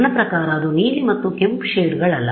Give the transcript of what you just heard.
ನನ್ನ ಪ್ರಕಾರ ಅದು ನೀಲಿ ಮತ್ತು ಕೆಂಪು ಶೇಡ್ ಗಳಲ್ಲ